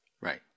Right